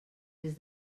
des